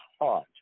heart